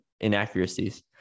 inaccuracies